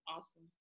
Awesome